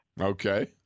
Okay